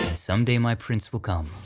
someday my prince will come.